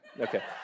Okay